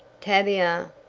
tavia!